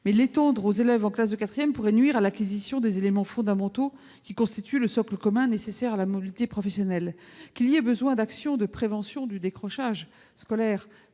dispositif aux élèves de quatrième pourrait nuire à l'acquisition des éléments fondamentaux qui constituent le socle commun nécessaire à la mobilité professionnelle. Qu'il y ait besoin d'agir, en matière de prévention du décrochage scolaire,